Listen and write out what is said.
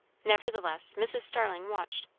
nevertheless, mrs. starling watched.